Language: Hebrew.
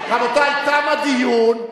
רבותי, תם הדיון.